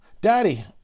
daddy